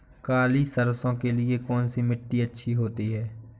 काली सरसो के लिए कौन सी मिट्टी अच्छी होती है?